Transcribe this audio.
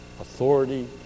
authority